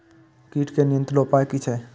कीटके नियंत्रण उपाय कि छै?